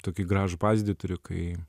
tokį gražų pavyzdį turiu kai